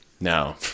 Now